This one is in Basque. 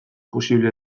posible